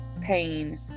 pain